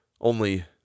Only